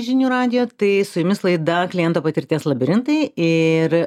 žinių radijo tai su jumis laida kliento patirties labirintai ir